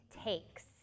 takes